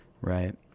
right